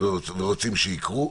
ורוצים שיקרו.